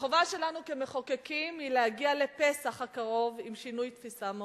החובה שלנו כמחוקקים היא להגיע לפסח הקרוב עם שינוי תפיסה מהותי,